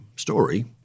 Story